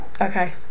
okay